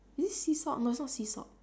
is this sea salt mask not sea salt